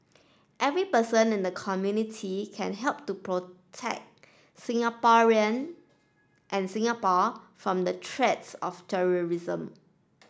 every person in the community can help to protect Singaporean and Singapore from the threats of terrorism